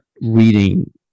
reading